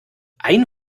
ein